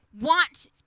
want